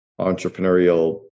entrepreneurial